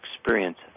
experience